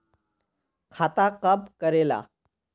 खाता कब करेला?